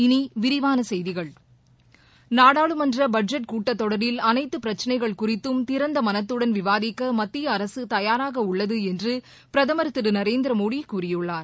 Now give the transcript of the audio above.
இனி விரிவான செய்திகள் நாடாளுமன்ற பட்ஜெட் கூட்டத் தொடரில் அனைத்து பிரச்சினைகள் குறித்து திறந்த மனத்துடன் விவாதிக்க மத்திய அரசு தயாராக உள்ளது என்று பிரதமர் திரு நரேந்திர மோடி கூறியுள்ளாார்